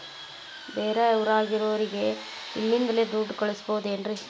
ಬೇರೆ ಊರಾಗಿರೋರಿಗೆ ಇಲ್ಲಿಂದಲೇ ದುಡ್ಡು ಕಳಿಸ್ಬೋದೇನ್ರಿ?